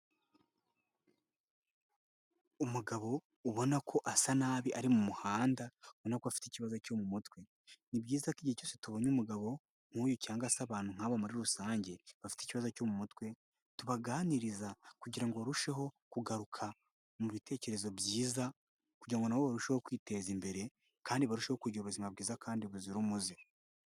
Umugabo ubona ko asa nabi ari mu muhanda, ubona ko afite ikibazo cyo mu mutwe, ni byiza ko igihe cyose tubonye umugabo nk'uyu cyangwa se abantu nk'abo muri rusange bafite ikibazo cyo mu mutwe, tubaganiriza kugira ngo barusheho kugaruka mu bitekerezo byiza kugira ngo nabo barusheho kwiteza imbere kandi barusheho kugira ubuzima bwiza kandi buzira umuze.